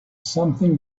something